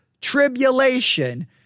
tribulation